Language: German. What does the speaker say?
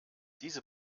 diese